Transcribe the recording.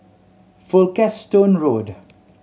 Folkestone Road